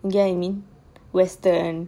you get what I mean western